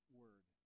word